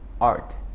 art